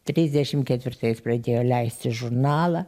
trisdešim ketvirtais pradėjo leisti žurnalą